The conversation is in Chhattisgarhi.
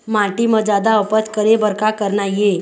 माटी म जादा उपज करे बर का करना ये?